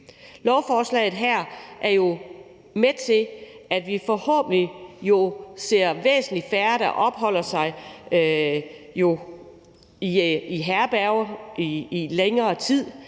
Lovforslaget her er jo med til at gøre, at vi forhåbentlig ser væsentlig færre, der opholder sig på herberger i længere tid,